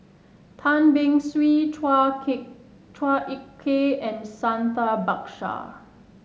Tan Beng Swee Chua K Chua Ek Kay and Santha Bhaskar